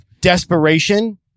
desperation